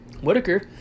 Whitaker